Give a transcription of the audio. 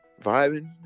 vibing